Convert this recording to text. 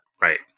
Right